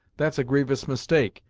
that's a grievous mistake,